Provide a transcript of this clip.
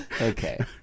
Okay